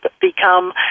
become